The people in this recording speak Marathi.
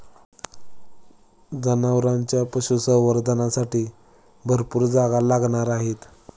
जनावरांच्या पशुसंवर्धनासाठी भरपूर जागा लागणार आहे